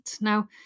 Now